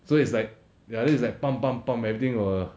so it's like ya then it's like bam bam bam everything will